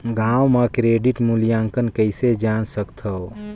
गांव म क्रेडिट मूल्यांकन कइसे जान सकथव?